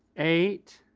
eight,